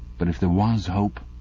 but if there was hope,